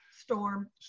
Storm